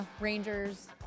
Rangers